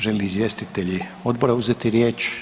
Žele li izvjestitelji odbora uzeti riječ?